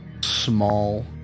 small